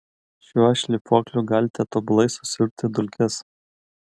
šiuo šlifuokliu galite tobulai susiurbti dulkes